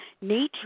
nature